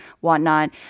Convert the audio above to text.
whatnot